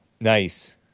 Nice